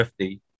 50